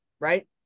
right